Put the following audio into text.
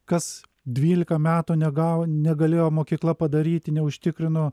kas dvylika metų negavo negalėjo mokykla padaryti neužtikrino